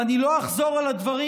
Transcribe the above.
ואני לא אחזור על הדברים,